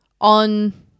on